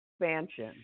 expansion